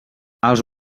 els